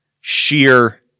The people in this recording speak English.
sheer